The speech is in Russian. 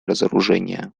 разоружение